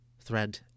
Thread